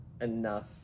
enough